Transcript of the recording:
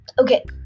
okay